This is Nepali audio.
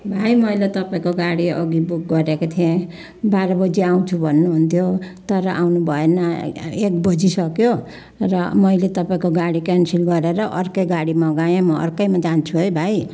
भाइ मैले तपाईँको गाडी अघि बुक गरेको थिएँ बाह्र बजी आउँछु भन्नुहुन्थ्यो तर आउनु भएन एक बजिसक्यो र मैले तपाईँको गाडी क्यान्सिल गरेर अर्कै गाडी मगाएँ म अर्कैमा जान्छु है भाइ